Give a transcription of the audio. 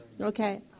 Okay